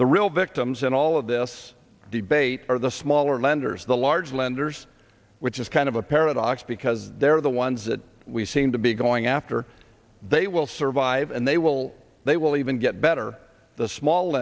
the real victims in all of this debate are the smaller lenders the large lenders which is kind of a paradox because they're the ones that we seem to be going after they will survive and they will they will even get better the small